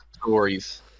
stories